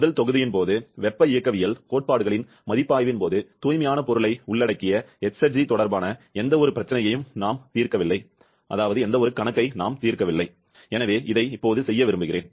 முதல் தொகுதியின் போது வெப்ப இயக்கவியல் கோட்பாடுகளின் மதிப்பாய்வின் போது தூய்மையான பொருளை உள்ளடக்கிய எஸ்ர்ஜி தொடர்பான எந்தவொரு பிரச்சினையையும் நாம் தீர்க்கவில்லை எனவே இதை செய்ய விரும்புகிறேன்